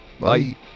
bye